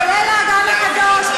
כולל האגן הקדוש?